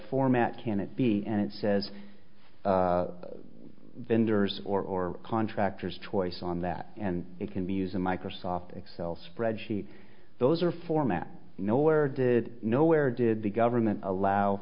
format can it be and it says vendors or contractors choice on that and it can be used in microsoft excel spreadsheet those are format nowhere nowhere did the government allow